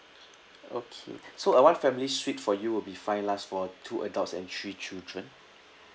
okay so our family suite for you will be fine large for two adults and three children